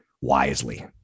wisely